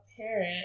parent